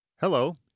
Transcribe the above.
Hello